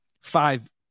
five